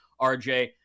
RJ